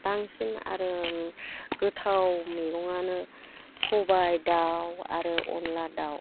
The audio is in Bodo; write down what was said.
बांसिन आरो गोथाव मैगङानो सबाइ दाउ आरो अनद्ला दाउ